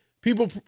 people